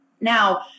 Now